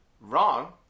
Wrong